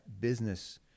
business